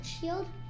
shield